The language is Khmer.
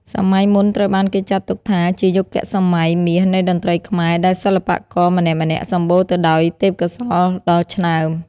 សម័យមុនត្រូវបានគេចាត់ទុកថាជាយុគសម័យមាសនៃតន្ត្រីខ្មែរ ដែលសិល្បករម្នាក់ៗសម្បូរទៅដោយទេពកោសល្យដ៏ឆ្នើម។